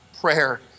prayer